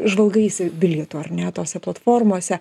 žvalgaisi bilieto ar ne tose platformose